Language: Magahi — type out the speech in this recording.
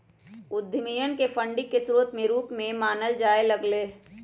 उद्यमियन के फंडिंग के स्रोत के रूप में मानल जाय लग लय